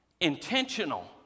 Intentional